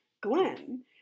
Glenn